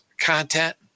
content